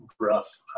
rough